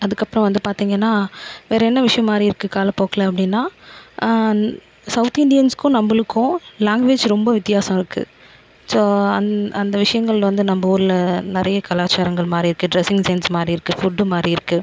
அதற்கப்பறம் வந்து பார்த்திங்கன்னா வேறு என்ன விஷயம் மாறிருக்கு காலப்போக்கில் அப்படினா சவுத் இண்டியன்ஸ்க்கும் நம்பளுக்கும் லாங்குவேஜ் ரொம்ப வித்தியாசம் இருக்கு ஸோ அந் அந்த விஷயங்கள் வந்து நம்ப ஊரில் நிறைய கலாச்சாரங்கள் மாறிருக்கு டிரெஸ்ஸிங் சென்ஸ் மாறிருக்கு ஃபுட்டு மாறிருக்கு